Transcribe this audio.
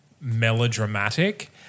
melodramatic